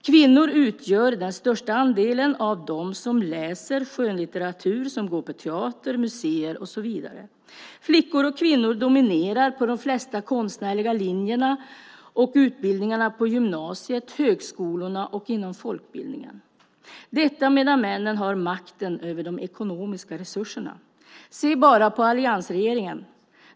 Kvinnor utgör den största andelen av dem som läser skönlitteratur, går på teater, museer och så vidare. Flickor och kvinnor dominerar på de flesta konstnärliga linjerna och utbildningarna på gymnasiet, högskolorna och inom folkbildningen medan männen har makten över de ekonomiska resurserna. Se bara på alliansregeringen!